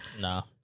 No